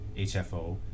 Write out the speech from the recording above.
HFO